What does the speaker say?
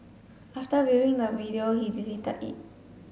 after viewing the video he deleted it